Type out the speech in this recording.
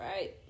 right